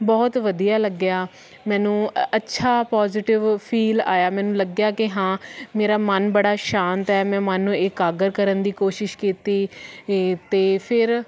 ਬਹੁਤ ਵਧੀਆ ਲੱਗਿਆ ਮੈਨੂੰ ਅੱਛਾ ਪੋਜੀਟਿਵ ਫੀਲ ਆਇਆ ਮੈਨੂੰ ਲੱਗਿਆ ਕਿ ਹਾਂ ਮੇਰਾ ਮਨ ਬੜਾ ਸ਼ਾਂਤ ਹੈ ਮੈਂ ਮਨ ਨੂੰ ਇਕਾਗਰ ਕਰਨ ਦੀ ਕੋਸ਼ਿਸ਼ ਕੀਤੀ ਏ ਅਤੇ ਫਿਰ